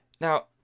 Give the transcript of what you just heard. now